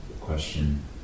question